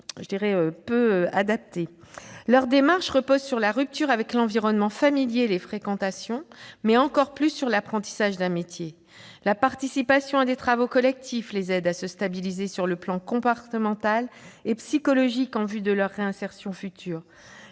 La démarche de tels centres repose sur la rupture avec l'environnement familier et les fréquentations, encore plus sur l'apprentissage d'un métier. La participation à des travaux collectifs aide les personnes accueillies à se stabiliser sur le plan comportemental et psychologique en vue de leur réinsertion future.